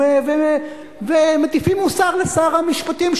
ומטיפים מוסר לשר המשפטים,